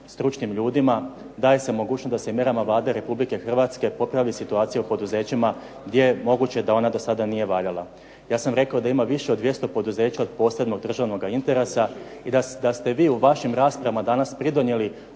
stručnim ljudima, daje se mogućnost da se i mjerama Vlade Republike Hrvatske popravi situacija u poduzećima gdje je moguće da ona do sada nije valjala. Ja sam rekao da ima više od 200 poduzeća od posebnog državnog interesa i da ste vi u vašim raspravama danas pridonijeli